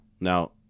Now